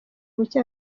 buke